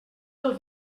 del